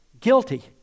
Guilty